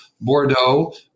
Bordeaux